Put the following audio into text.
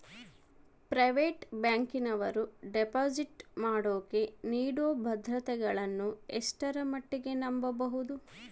Private ಬ್ಯಾಂಕಿನವರು deposit ಮಾಡೋಕೆ ನೇಡೋ ಭದ್ರತೆಗಳನ್ನು ಎಷ್ಟರ ಮಟ್ಟಿಗೆ ನಂಬಬಹುದು?